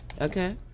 Okay